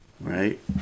right